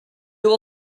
will